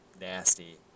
nasty